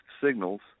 signals